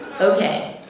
Okay